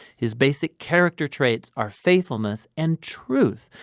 his basic character traits are faithfulness and truth,